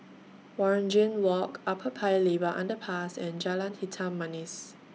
Waringin Walk Upper Paya Lebar Underpass and Jalan Hitam Manis